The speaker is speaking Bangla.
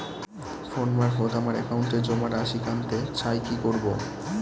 ফোন মারফত আমার একাউন্টে জমা রাশি কান্তে চাই কি করবো?